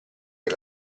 che